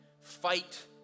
fight